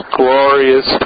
glorious